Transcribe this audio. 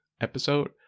episode